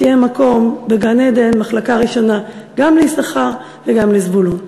שיהיה מקום בגן-עדן במחלקה ראשונה גם ליששכר וגם לזבולון.